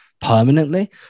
permanently